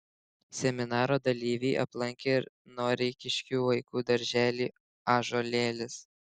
seminaro dalyviai aplankė ir noreikiškių vaikų darželį ąžuolėlis